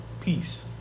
peace